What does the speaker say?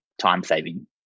time-saving